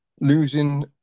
losing